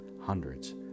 hundreds